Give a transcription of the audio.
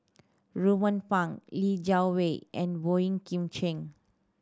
Ruben Pang Li Jiawei and Boey Kim Cheng